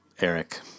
Eric